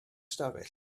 ystafell